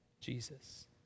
Jesus